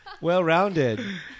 Well-rounded